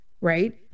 right